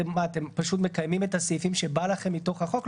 אתם פשוט מקיימים את הסעיפים שבא לכם מתוך החוק?